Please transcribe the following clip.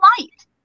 light